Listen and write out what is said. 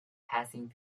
passing